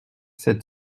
sept